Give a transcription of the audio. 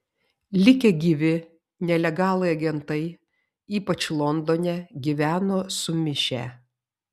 likę gyvi nelegalai agentai ypač londone gyveno sumišę